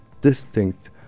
distinct